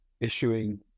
issuing